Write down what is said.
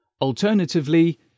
Alternatively